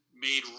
made